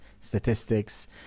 statistics